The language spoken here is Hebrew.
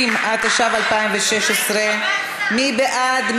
20), התשע"ו 2016. מי בעד?